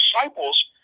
disciples